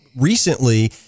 recently